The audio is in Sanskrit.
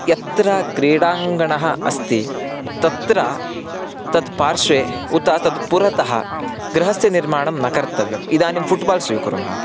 यत्र क्रीडाङ्गणं अस्ति तत्र तत् पार्श्वे उत तद् पुरतः गृहस्य निर्माणं न कर्तव्यम् इदानीं फ़ुट्बाल् स्वीकुर्मः